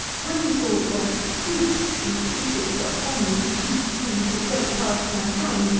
when we talk of the fruits, indeed, which were formerly the chief food of a great part of mankind,